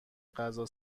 غذا